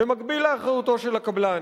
במקביל לאחריותו של הקבלן.